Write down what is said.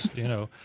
you know,